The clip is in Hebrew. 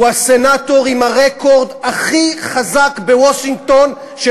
הוא הסנטור עם הרקורד הכי חזק בוושינגטון של